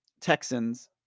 Texans